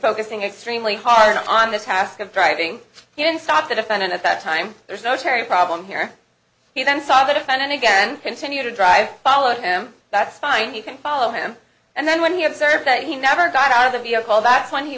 focusing extremely hard on this task of driving he didn't stop the defendant at that time there's no terry problem here he then saw the defendant again continue to drive follow him that's fine you can follow him and then when he observed that he never got out of the vehicle that's when he